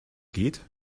geht